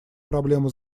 проблему